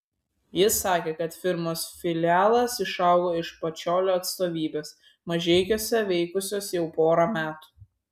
ji sakė kad firmos filialas išaugo iš pačiolio atstovybės mažeikiuose veikusios jau porą metų